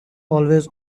always